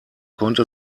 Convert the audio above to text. konnte